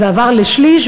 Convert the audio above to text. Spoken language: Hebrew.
זה עבר לשליש,